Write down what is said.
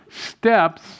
steps